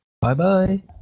Bye-bye